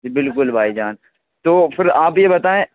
بالکل بھائی جان تو پھر آپ یہ بتائیں